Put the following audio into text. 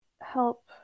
help